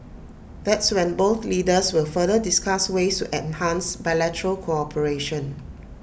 that's when both leaders will further discuss ways to enhance bilateral cooperation